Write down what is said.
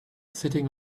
sitting